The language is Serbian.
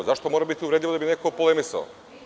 Zašto morati biti uvredljivo da bi neko polemisao.